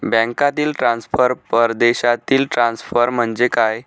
बँकांतील ट्रान्सफर, परदेशातील ट्रान्सफर म्हणजे काय?